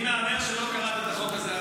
אני מהמר שלא קראת את החוק הזה עד הסוף.